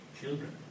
Children